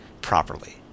properly